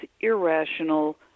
irrational